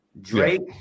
Drake